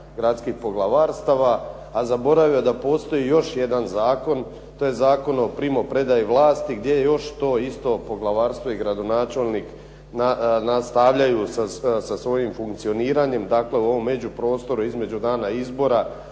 gradskih poglavarstava, a zaboravio da postoji još jedan zakon, to je Zakon o primopredaji vlasti, gdje je još to isto poglavarstvo i gradonačelnik nastavljaju sa svojim funkcioniranjem, dakle u ovom međuprostoru između dana izbora